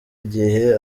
igihe